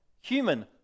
human